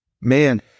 Man